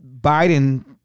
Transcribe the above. Biden